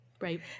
Right